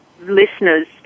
listeners